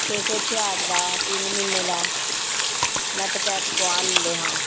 ਛੇ ਸੌ ਛਿਆਹਠ ਦਾ ਤਿੰਨ ਮਹੀਨੇ ਦਾ ਨੈੱਟ ਪੈਕ ਪਵਾ ਲੈਂਦੇ ਹਾਂ